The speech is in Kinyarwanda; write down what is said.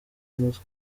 umutwe